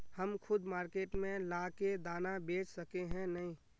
हम खुद मार्केट में ला के दाना बेच सके है नय?